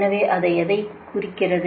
எனவே அது எதைக் குறிக்கிறது